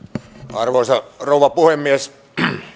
arvoisa rouva puhemies